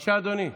בבקשה, אדוני,